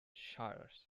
shires